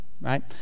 right